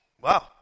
Wow